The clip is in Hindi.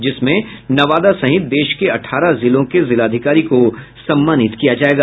जिसमें नवादा सहित देश के अठारह जिलों के जिलाधिकारी को सम्मानित किया जायेगा